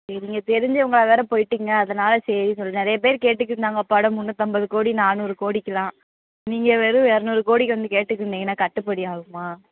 நீங்கள் தெரிஞ்சவங்களாக வேறு போய்விட்டீங்க அதனால் சரின்னு சொல்லி நிறைய பேர் கேட்டுக்கிட்டிருந்தாங்க படம் முந்நூற்றம்பது கோடி நானூறு கோடிக்கலாம் நீங்கள் வெறும் இரநூறு கோடிக்கு வந்து கேட்டுக்கிட்டிருந்திங்கனா கட்டுப்படி ஆகுமா